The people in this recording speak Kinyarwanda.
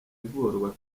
ivurwa